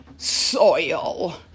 soil